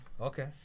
okay